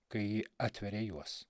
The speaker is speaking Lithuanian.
kai atveria juos